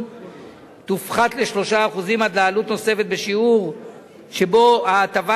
יופחת ל-3% עד לעלות נוספת בשיעור שבו ההטבה